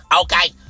okay